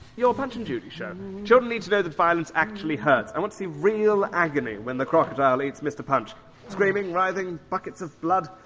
your punch and judy show children need to know that violence actually hurts. i want to see real agony when the crocodile eats mr punch screaming, writhing, buckets of blood.